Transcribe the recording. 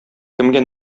кемгә